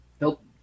Nope